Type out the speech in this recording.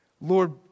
Lord